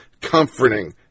comforting